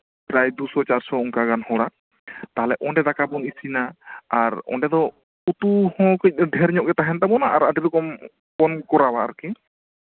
ᱯᱨᱟᱭ ᱫᱩᱥᱚᱼᱪᱟᱥᱥᱚ ᱚᱱᱠᱟ ᱜᱟᱱ ᱦᱚᱲᱟᱜ ᱛᱟᱞᱦᱮ ᱚᱸᱰᱮ ᱫᱟᱠᱟ ᱵᱚᱱ ᱤᱥᱤᱱᱟ ᱟᱨ ᱚᱸᱰᱮ ᱫᱚ ᱩᱛᱩ ᱦᱚᱸ ᱠᱟᱺᱪ ᱫᱚ ᱰᱷᱮᱨ ᱧᱚᱜ ᱜᱮ ᱛᱟᱦᱮᱱ ᱛᱟᱵᱚᱱᱟ ᱟᱨ ᱟᱹᱰᱤ ᱨᱚᱠᱚᱢ ᱵᱚᱱ ᱠᱚᱨᱟᱣᱟ ᱟᱨᱠᱤ